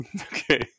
okay